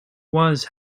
was